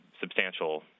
substantial